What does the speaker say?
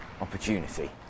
opportunity